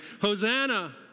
Hosanna